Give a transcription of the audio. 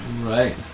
Right